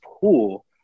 pool